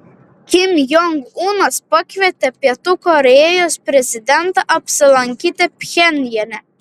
kim jong unas pakvietė pietų korėjos prezidentą apsilankyti pchenjane